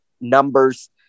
numbers